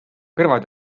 kõrvad